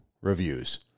reviews